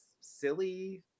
silly